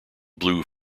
blue